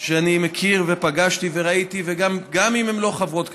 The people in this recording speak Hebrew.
שאני מכיר ופגשתי וראיתי, גם אם הן לא חברות כנסת.